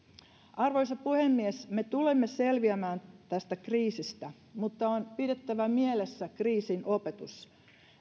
arvoisa puhemies me tulemme selviämään tästä kriisistä mutta on pidettävä mielessä kriisin opetus